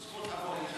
זכות אבות,